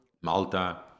Malta